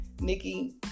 Nikki